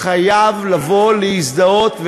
חייב לבוא ולהזדהות,